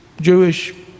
Jewish